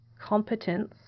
Competence